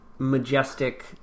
majestic